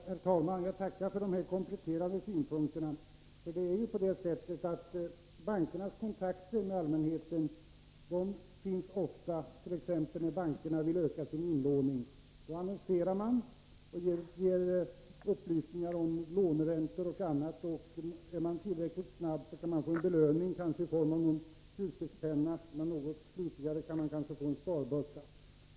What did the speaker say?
Herr talman! Jag tackar för de kompletterande synpunkterna. Bankernas kontakter med allmänheten är ofta knutna till tillfällen då bankerna t.ex. vill öka sin inlåning. Då annonserar de och ger upplysningar om låneräntor och annat. Är man tillräckligt snabb kan man få en belöning, kanske i form av en kulspetspenna. Är man något flitigare kan man kanske få en sparbössa.